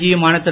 G யுமான திரு